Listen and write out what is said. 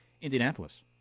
Indianapolis